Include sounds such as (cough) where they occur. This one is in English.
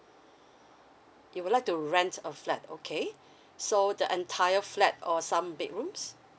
you would like to rent a flat okay (breath) so the entire flat or some bedrooms